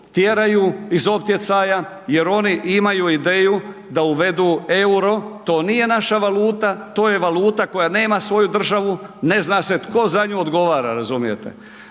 tjeraju iz optjecaja jer oni imaju ideju da uvedu euro, to nije naša valuta, to je valuta koja nema svoju država, ne zna se tko za nju odgovara, razumijete.